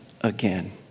again